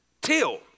Till